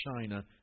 China